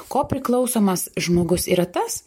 kopriklausomas žmogus yra tas